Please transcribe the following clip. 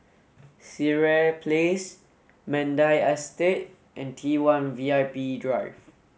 Sireh Place Mandai Estate and T one V I P Drive